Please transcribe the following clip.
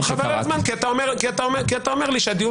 אבל חבל על הזמן כי אתה אומר לי שהדיון